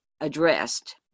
addressed